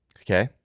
Okay